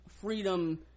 freedom